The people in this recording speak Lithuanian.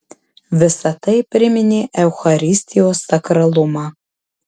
visa tai priminė eucharistijos sakralumą